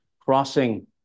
Crossing